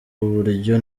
buryo